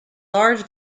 large